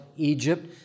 Egypt